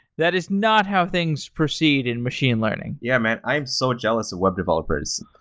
that is not how things proceed in machine learning yeah, man. i'm so jealous of web developers.